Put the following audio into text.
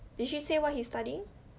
did she say what he's studying